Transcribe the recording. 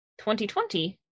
2020